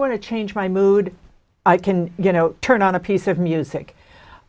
want to change my mood i can you know turn on a piece of music